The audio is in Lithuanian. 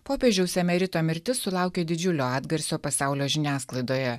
popiežiaus emerito mirtis sulaukė didžiulio atgarsio pasaulio žiniasklaidoje